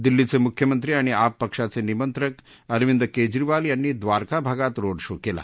दिल्लीचे मुख्यमंत्री आणि आप पक्षाचे निमंत्रक अरविंद केजरीवाल यांनी द्वारका भागात रोड शो केला